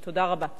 תודה.